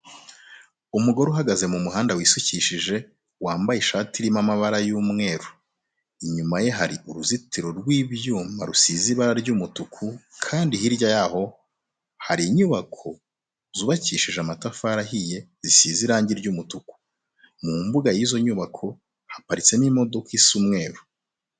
Umugore uhagaze mu muhanda wisukishije, wambaye ishati irimo amabara y'umweru. Inyuma ye hari uruzitiro rw'ibyuma rusize ibara ry'umutuku kandi hirya yaho hari inyubako zubakishije amatafari ahiye zisize irange ry'imutuku. Mu mbuga y'izo nyubako haparitsemo imodoka isa umweru.